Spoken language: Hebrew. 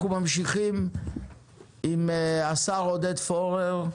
אנחנו ממשיכים עם השר עודד פורר.